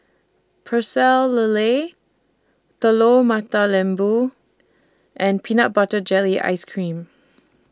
Pecel Lele Telur Mata Lembu and Peanut Butter Jelly Ice Cream